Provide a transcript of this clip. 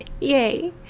Yay